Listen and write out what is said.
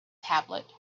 tablet